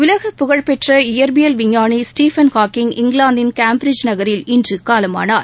உலக புகழ் பெற்ற இயற்பியல் விஞ்ஞானி ஸ்டீபன் ஹாக்கிங் இங்கிலாந்தின் கேம்பிரிட்ஜ் நகரில் இன்று காலமானார்